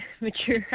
mature